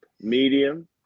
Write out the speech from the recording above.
medium